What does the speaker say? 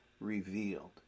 revealed